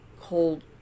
cold